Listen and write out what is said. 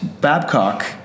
Babcock